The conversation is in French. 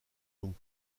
donc